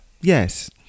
Yes